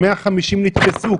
150 נתפסו,